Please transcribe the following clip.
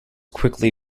quickly